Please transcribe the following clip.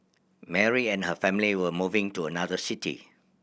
Mary and her family were moving to another city